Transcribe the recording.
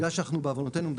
בגלל שאנחנו בעוונותינו,